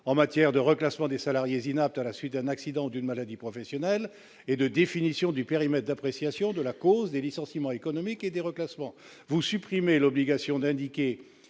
en matière de reclassement des salariés inaptes à la suite d'un accident ou d'une maladie professionnelle, et du périmètre d'appréciation de la cause des licenciements économiques et des reclassements. Vous supprimez l'obligation d'indiquer